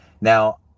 now